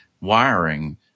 wiring